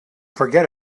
forget